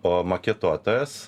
o maketuotojas